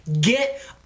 Get